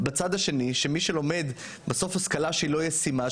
בצד השני של מי שלומד בסוף השכלה שהיא לא ישימה,